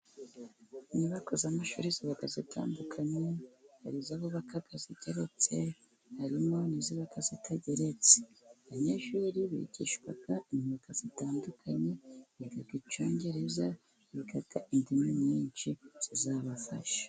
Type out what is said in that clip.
Inyubako z'amashuri ziba zitandukanye, hari izo bubaka zigeretse, harimo n'iziba zitageretse, abanyeshuri bigishwa imyuga itandukanye, biga icyongereza, biga indimi nyinshi zizabafasha.